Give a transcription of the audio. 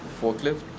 forklift